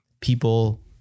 people